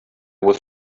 was